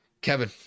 Kevin